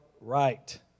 right